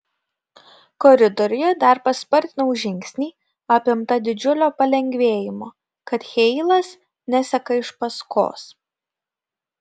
koridoriuje dar paspartinau žingsnį apimta didžiulio palengvėjimo kad heilas neseka iš paskos